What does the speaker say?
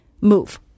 move